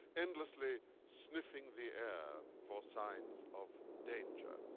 endlessly sniffing the air for signs of danger.